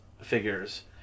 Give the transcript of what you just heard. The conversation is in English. figures